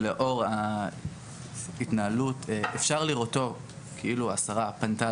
שלאור ההתנהלות אפשר לראותו כאילו השרה פנתה